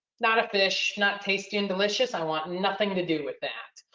not a fish, not tasty and delicious. i want nothing to do with that.